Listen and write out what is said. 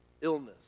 illness